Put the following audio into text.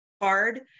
hard